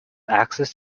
access